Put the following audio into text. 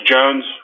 Jones